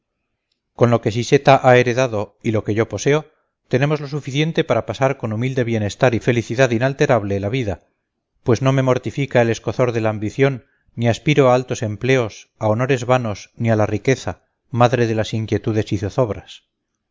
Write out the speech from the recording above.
con lo que siseta ha heredado y lo que yo poseo tenemos lo suficiente para pasar con humilde bienestar y felicidad inalterable la vida pues no me mortifica el escozor de la ambición ni aspiro a altos empleos a honores vanos ni a la riqueza madre de inquietudes y zozobras